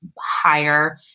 higher